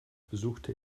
besuchte